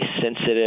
sensitive